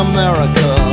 America